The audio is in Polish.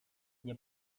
nie